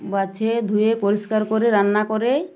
বাছে ধুয়ে পরিষ্কার করে রান্না করে